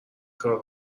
کار